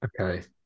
Okay